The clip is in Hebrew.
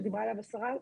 שדיברה עליו השרה.